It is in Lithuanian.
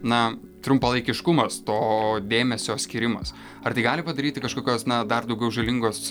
na trumpalaikiškumas to dėmesio skyrimas ar tai gali padaryti kažkokios na dar daugiau žalingos